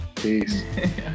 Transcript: Peace